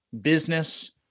business